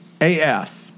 AF